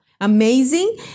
Amazing